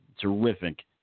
terrific